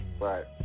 Right